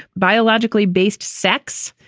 biologically based sex.